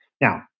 now